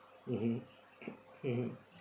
mmhmm mmhmm